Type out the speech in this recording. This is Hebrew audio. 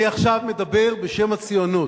אני עכשיו מדבר בשם הציונות.